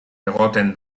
egoten